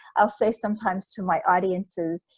i'll say sometimes to my audiences,